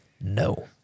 no